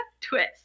Twist